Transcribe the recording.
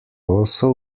also